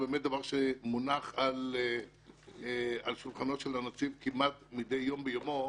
זה באמת דבר שמונח על שולחנו של הנציב כמעט מדי יום ביומו